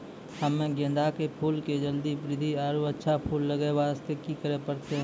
हम्मे गेंदा के फूल के जल्दी बृद्धि आरु अच्छा फूल लगय वास्ते की करे परतै?